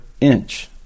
inch